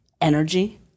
energy